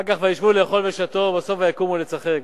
אחר כך: וישבו לאכול ושתה, ובסוף "ויקומו לצחק".